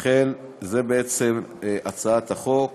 לכן זו בעצם הצעת החוק,